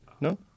No